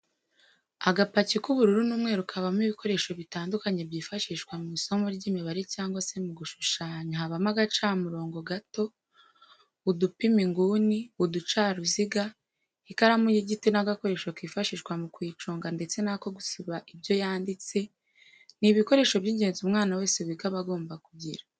Agapaki k'ubururu n'umweru kabamo ibikoresho bitandukanye byifashishwa mw'isomo ry'imibare cyangwa se mu gushushanya habamo agacamurongo gato, udupima inguni, uducaruziga ,ikaramu y'igiti n'agakoresho kifashishwa mu kuyiconga ndetse n'ako gusiba ibyo yanditse, ni ibikoresho by'ingenzi umwana wese wiga aba agomba kugira.